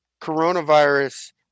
coronavirus